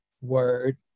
word